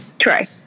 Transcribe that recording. Try